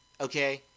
okay